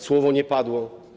Słowo nie padło.